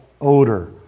odor